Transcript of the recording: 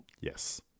yes